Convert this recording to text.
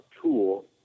tool